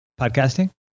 podcasting